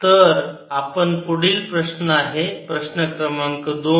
तर आपला पुढील प्रश्न आहे प्रश्न क्रमांक दोन